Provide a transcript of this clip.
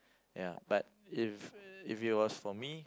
ya but if if it was for me